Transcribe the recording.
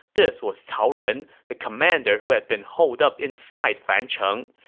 this was cao ren, the commander who had been holed up inside fancheng.